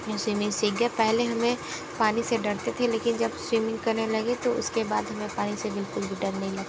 swimming सिख गए पहले हम पानी से डरते थे लेकिन जब स्विमिंग करने लगे तो उसके बाद हमें पानी से बिल्कुल भी डर नहीं लगता